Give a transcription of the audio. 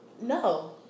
No